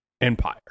Empire